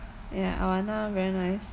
ya awana very nice